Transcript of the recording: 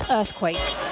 earthquakes